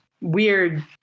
weird